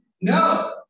No